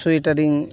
ᱥᱳᱭᱮᱴᱟᱨᱮᱧ